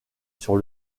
sur